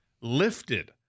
lifted